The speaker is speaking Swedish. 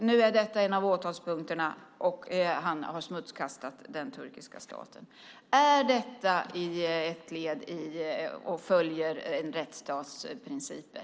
Nu är detta en av åtalspunkterna. Han har smutskastat den turkiska staten. Följer detta en rättsstats principer?